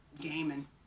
Gaming